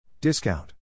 Discount